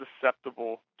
susceptible